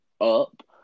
up